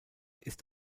ist